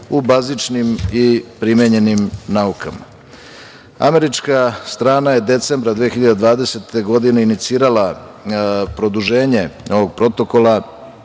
u bazičnim i primenjenim naukama. Američka strana je decembra 2020. godine inicirala produženje ovog Protokola